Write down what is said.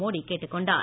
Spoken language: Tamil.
மோடி கேட்டுக்கொண்டார்